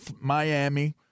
Miami